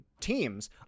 Teams